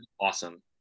awesome